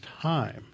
time